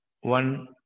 one